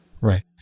Right